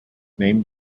named